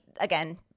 again